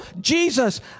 Jesus